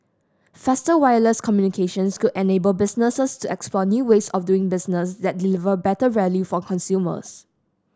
faster wireless communications could enable businesses to explore new ways of doing business that deliver better value for consumers